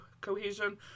cohesion